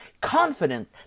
confident